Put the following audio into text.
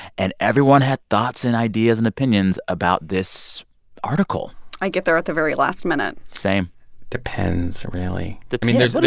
and everyone had thoughts and ideas and opinions about this article i get there at the very last minute same depends, really. i mean, there's. but